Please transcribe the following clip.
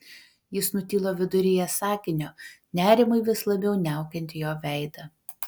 jis nutilo viduryje sakinio nerimui vis labiau niaukiant jo veidą